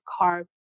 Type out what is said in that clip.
carb